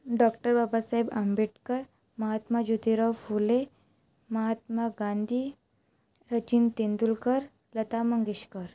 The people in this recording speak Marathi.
डॉक्टर बाबासाहेब आंबेडकर महात्मा ज्योतिराव फुले महात्मा गांधी सचिन तेंडुलकर लता मंगेशकर